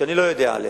ואני לא יודע עליה,